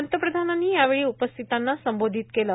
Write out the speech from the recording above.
पंतप्रधानांनी यावेळी उपस्थितांना संबोधित केलं